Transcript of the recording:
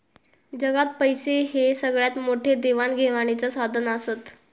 जगात पैशे हे सगळ्यात मोठे देवाण घेवाणीचा साधन आसत